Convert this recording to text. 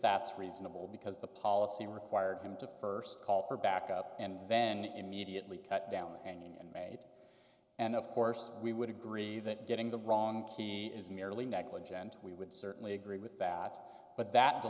that's reasonable because the policy required him to first call for backup and then immediately cut down and made and of course we would agree that getting the wrong key is merely negligent we would certainly agree with that but that